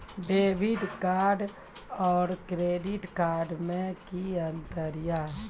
Debit card और credit card मे कि अंतर या?